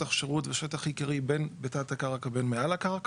שטח שירות ושטח עיקרי בין בתת הקרקע ובין מעל הקרקע.